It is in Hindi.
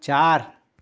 चार